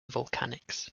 volcanics